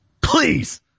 please